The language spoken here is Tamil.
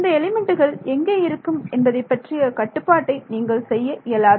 இந்த எலிமெண்ட்டுகள் எங்கே இருக்கும் என்பதைப் பற்றிய கட்டுப்பாட்டை நீங்கள் செய்ய இயலாது